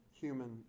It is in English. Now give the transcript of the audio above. human